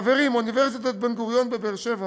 חברים, אוניברסיטת בן-גוריון בבאר-שבע